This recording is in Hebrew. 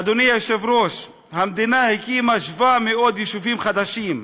אדוני היושב-ראש, המדינה הקימה 700 יישובים חדשים,